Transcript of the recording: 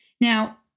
Now